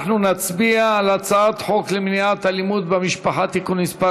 אנחנו נצביע על הצעת חוק למניעת אלימות במשפחה (תיקון מס'